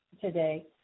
today